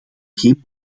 geen